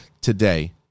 today